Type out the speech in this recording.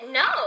no